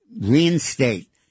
reinstate